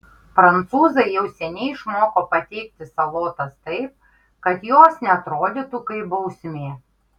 prancūzai jau seniai išmoko pateikti salotas taip kad jos neatrodytų kaip bausmė